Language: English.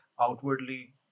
outwardly